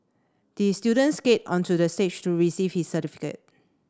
the student skate onto the stage to receive his certificate